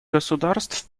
государств